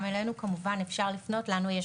גם אלינו כמובן אפשר לפנות ולנו יש